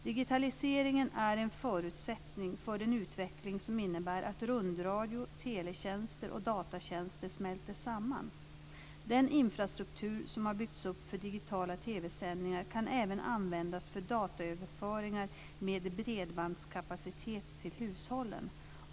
Digitaliseringen är en förutsättning för den utveckling som innebär att rundradio, teletjänster och datatjänster smälter samman. Den infrastruktur som har byggts upp för digitala TV-sändningar kan även användas för dataöverföringar med bredbandskapacitet till hushållen.